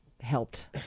helped